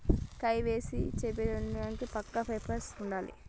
KYC చేపిచ్చుకోవడానికి పక్కా person ఉండాల్నా?